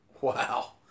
Wow